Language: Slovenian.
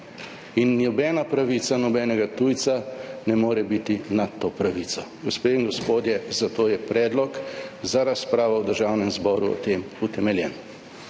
In nobena pravica nobenega tujca ne more biti nad to pravico. Gospe in gospodje, zato je predlog za razpravo v Državnem zboru o tem utemeljen.